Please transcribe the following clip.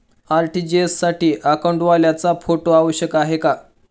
RTGS साठी अकाउंटवाल्याचा photo आवश्यक आहे का?